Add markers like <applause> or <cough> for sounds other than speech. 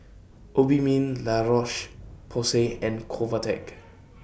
Obimin <noise> La Roche Porsay and Convatec <noise>